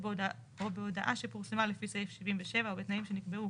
או בהודעה שפורסמה לפי סעיף 77 או בתנאים שנקבעו